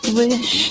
wish